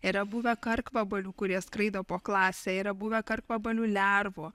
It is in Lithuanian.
yra buvę karkvabalių kurie skraido po klasę yra buvę karkvabalių lervų